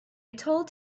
told